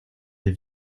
les